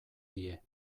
die